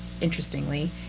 interestingly